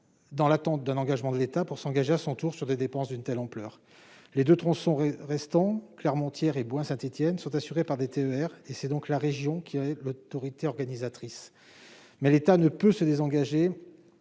dans l'attente d'un engagement de l'État pour s'engager à son tour sur les dépenses d'une telle ampleur, les 2 tronçons restant clairement hier et bien Saint-Étienne sont assurées par les TER et c'est donc la région qui est l'autorité organisatrice, mais l'État ne peut se désengager